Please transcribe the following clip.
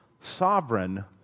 sovereign